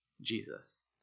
Jesus